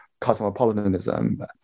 cosmopolitanism